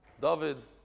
David